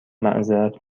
معذرت